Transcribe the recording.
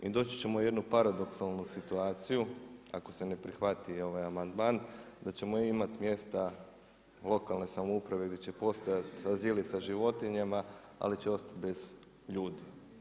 I doći ćemo u jednu paradoksalnu situaciju, ako se ne prihvati ovaj amandman da ćemo imati mjesta lokalne samouprave gdje će postojati azili sa životinjama ali će ostati bez ljudi.